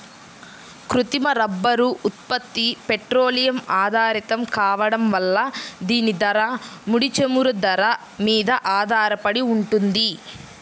కృత్రిమ రబ్బరు ఉత్పత్తి పెట్రోలియం ఆధారితం కావడం వల్ల దీని ధర, ముడి చమురు ధర మీద ఆధారపడి ఉంటుంది